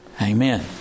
amen